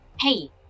hey